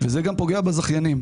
וזה גם פוגע בזכיינים.